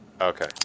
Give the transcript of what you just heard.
Okay